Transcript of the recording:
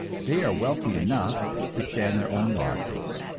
they are wealthy enough to stand their own losses.